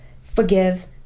forgive